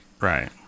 right